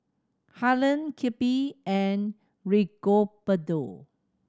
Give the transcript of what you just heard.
Harlen Kirby and Rigoberto